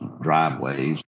driveways